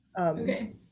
Okay